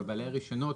אבל בעלי הרישיונות